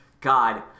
God